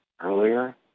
earlier